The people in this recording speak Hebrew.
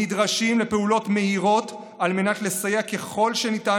נדרשים לפעולות מהירות על מנת לסייע ככל שניתן